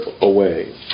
away